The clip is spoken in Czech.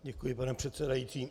Děkuji, pane předsedající.